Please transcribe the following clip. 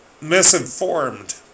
misinformed